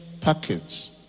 package